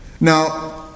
Now